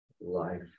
life